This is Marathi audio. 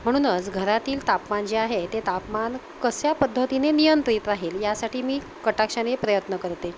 म्हणूनच घरातील तापमान जे आहे ते तापमान कश्या पद्धतीने नियंत्रित राहील यासाठी मी कटाक्षाने प्रयत्न करते